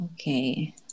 Okay